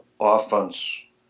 offense